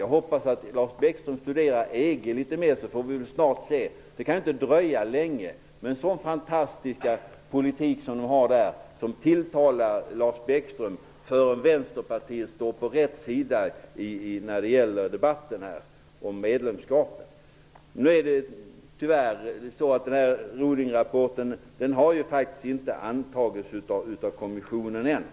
Jag hoppas att Lars Bäckström studerar EG litet mera. Eftersom politiken där är så fantastisk och tilltalar Lars Bäckström kan det inte dröja länge förrän Vänsterpartiet står på rätt sida när det gäller debatten om medlemskapet. Tyvärr har Ruddingrapporten faktiskt inte antagits av kommissionen ännu.